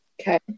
okay